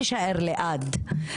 תייצר איזה שהוא משבר לחפות על העמדה